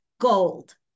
gold